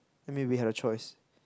I mean we had a choice